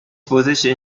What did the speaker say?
position